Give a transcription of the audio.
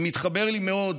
זה מתחבר לי מאוד